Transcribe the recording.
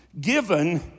given